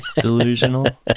delusional